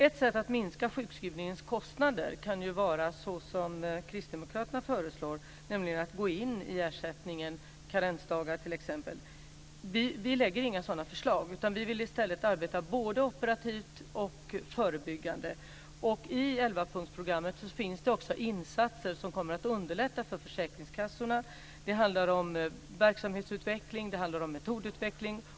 Ett sätt att minska sjukskrivningskostnaderna kan ju vara det som kristdemokraterna föreslår, nämligen att man går in i ersättningen när det gäller t.ex. karensdagar. Vi lägger inte fram några sådana förslag. Vi vill i stället arbeta både operativt och förebyggande. I elvapunktsprogrammet finns det också insatser som kommer att underlätta för försäkringskassorna. Det handlar om verksamhetsutveckling. Det handlar om metodutveckling.